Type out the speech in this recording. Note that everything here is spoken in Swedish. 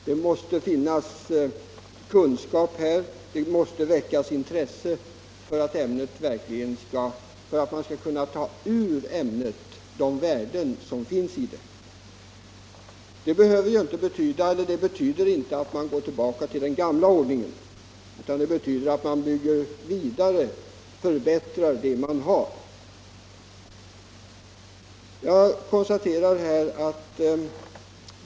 Det måste finnas kunskap hos lärarna, och de måste kunna väcka intresse genom att ta fram de värden som finns i det. Det betyder emellertid inte att man måste gå tillbaka till den gamla ordningen, utan det betyder att man måste förbättra vad man har och bygga vidare.